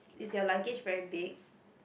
is your luggage very big